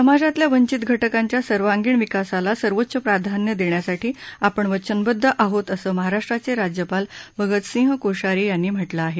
समाजातल्या वंचित घटकांच्या सर्वांगीण विकासाला सर्वोच्च प्राधान्य देण्यासाठी आपण वचनबद्ध आहोत असं महाराष्ट्राचे राज्यपाल भगतसिंह कोश्यारी यांनी म्हटलं आहे